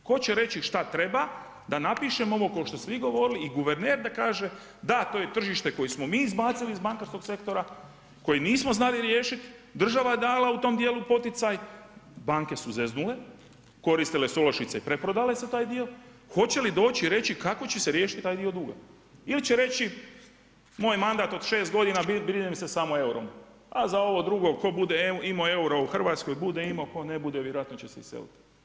Tko će reći šta treba da napišem ovo ko što ste vi govorili i guverner da kaže da to je tržište koje smo mi izbacili iz bankarskog sektora, koji nismo znali riješiti, država je dala u tom dijelu poticaj, banke su zeznule koristile su olakšice i preprodale sada taj dio, hoće li doći i reći kako će se riješiti taj dio duga ili će reći moj mandat je od šest godina … samo eurom, a za ovo drugo tko bude imao euro u Hrvatskoj bude imao, tko ne bude vjerojatno će se iseliti.